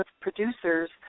producers